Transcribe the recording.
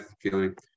feeling